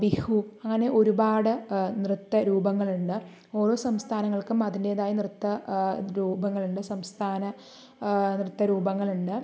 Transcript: ബിഹു അങ്ങനെ ഒരുപാട് നൃത്ത രൂപങ്ങളുണ്ട് ഓരോ സംസ്ഥാനങ്ങൾക്കും അതിൻ്റെതായ നൃത്ത രൂപങ്ങളുണ്ട് സംസ്ഥാന നൃത്ത രൂപങ്ങളുണ്ട്